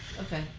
Okay